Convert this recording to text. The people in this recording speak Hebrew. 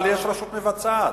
אבל יש רשות מבצעת.